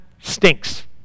stinks